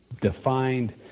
defined